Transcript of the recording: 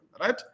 right